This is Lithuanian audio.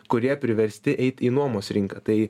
kurie priversti eit į nuomos rinką tai